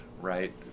right